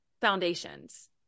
foundations